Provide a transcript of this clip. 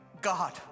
God